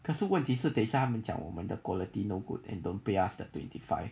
可是问题是等一下他们讲我们的 quality no good and don't pay us the twenty five